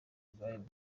game